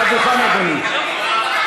מהדוכן, אדוני.